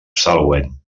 salween